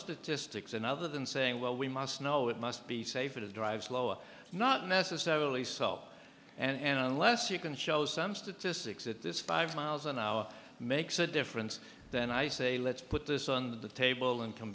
statistics and other than saying well we must know it must be safer to drive slower not necessarily self and unless you can show some statistics that this five miles an hour makes a difference then i say let's put this on the table and come